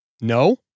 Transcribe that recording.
No